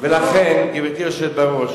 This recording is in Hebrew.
ולכן, גברתי היושבת בראש,